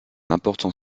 important